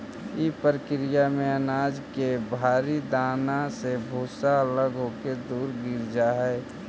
इ प्रक्रिया में अनाज के भारी दाना से भूसा अलग होके दूर गिर जा हई